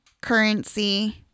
currency